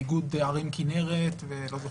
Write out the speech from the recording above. איגוד ערים כנרת ועוד אחרים.